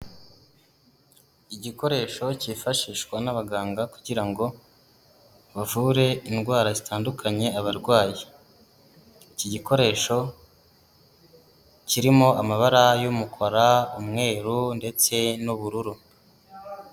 Igikoresho kifashishwa n'abaganga kugira ngo bavure indwara zitandukanye abarwayi, iki gikoresho kirimo amabara y'umukara, umweru ndetse n'ubururu.